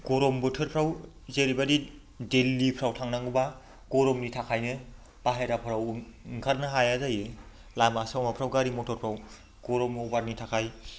गरम बोथोरफ्राव जेरैबायदि दिल्लिफ्राव थांनांगौब्ला गरमनि थाखायनो बाहेराफोराव ओंखारनो हाया जायो लामा सामाफ्राव गारि मथरफ्राव गरम अभारनि थाखाय